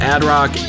Ad-Rock